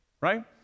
right